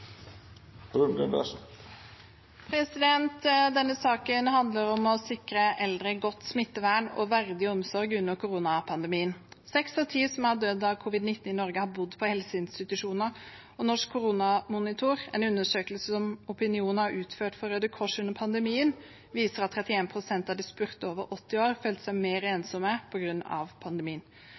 minutt. Denne saken handler om å sikre eldre godt smittevern og verdig omsorg under koronapandemien. Seks av ti som har dødd av covid-19 i Norge, har bodd på helseinstitusjoner, og Norsk koronamonitor, en undersøkelse som Opinion har utført for Røde Kors under pandemien, viser at 31 pst. av de spurte over 80 år følte seg mer ensomme på grunn av pandemien.